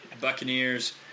Buccaneers